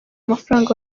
amafaranga